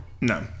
No